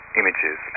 images